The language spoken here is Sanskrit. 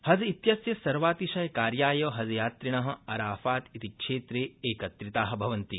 हज़ इत्यस्य सर्वातिशयकार्याय हज़यात्रिण अराफात इति क्षेत्रे एकत्रिता भवन्ति